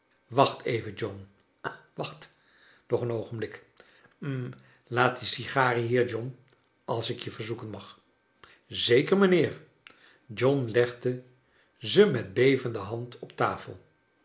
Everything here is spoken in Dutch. wacht even john ha wacht nog een oogenblik hm laat die sigaren hier john als ik je verzoeken mag zeker mijnheer john legde ze met bevende hand op tafel